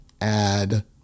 add